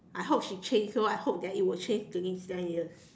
I hope she change so I hope that it will change within ten years